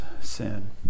sin